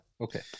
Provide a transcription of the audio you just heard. okay